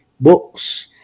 Books